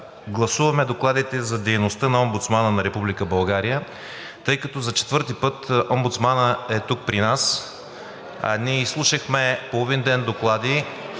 гласуваме докладите за дейността на Омбудсмана на Република България, тъй като за четвърти път омбудсманът е тук при нас, а ние изслушахме половин ден доклади.